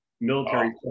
military